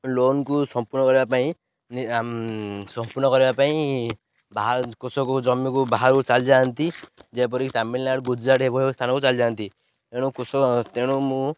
ଲୋନ୍କୁ ସମ୍ପୂର୍ଣ୍ଣ କରିବା ପାଇଁ ସମ୍ପୂର୍ଣ୍ଣ କରିବା ପାଇଁ ବା କୃଷକକୁ ଜମିକୁ ବାହାରକୁ ଚାଲିଯାଆନ୍ତି ଯେପରିିକି ତାମିଲନାଡ଼ୁ ଗୁଜୁରାଟ ଏଭଳି ସ୍ଥାନକୁ ଚାଲିଯାଆନ୍ତି ତେଣୁ କୃଷକ ତେଣୁ ମୁଁ